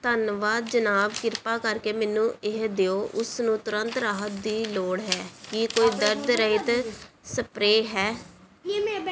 ਧੰਨਵਾਦ ਜਨਾਬ ਕਿਰਪਾ ਕਰਕੇ ਮੈਨੂੰ ਇਹ ਦਿਓ ਉਸ ਨੂੰ ਤੁਰੰਤ ਰਾਹਤ ਦੀ ਲੋੜ ਹੈ ਕੀ ਕੋਈ ਦਰਦ ਰਹਿਤ ਸਪਰੇਅ ਹੈ